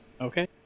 okay